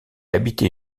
habitait